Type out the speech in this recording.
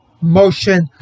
motion